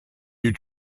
you